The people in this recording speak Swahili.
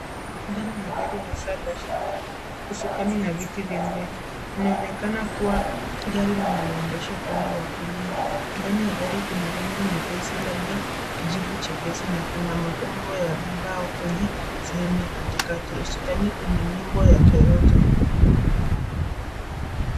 Ndani ya gari hasa dashibodi, usukani na viti vya mbele kunaonekana kuwa gari linaloendeshwa upande wa kulia. Ndani ya gari kuna rangi nyepesi labda kijivu chepesi na kuna mapambo ya mbao kwenye sehemu ya katikati. Usukani kuna nembo ya Toyota.